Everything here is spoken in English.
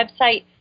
website